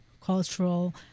cultural